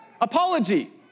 Apology